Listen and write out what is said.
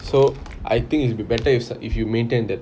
so I think it'll be better if so~ if you maintain that